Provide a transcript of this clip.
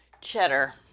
cheddar